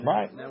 Right